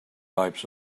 types